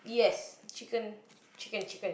yes chicken chicken chicken